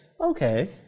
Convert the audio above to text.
okay